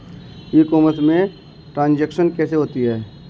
ई commerce में transaction कैसे होता है?